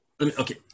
okay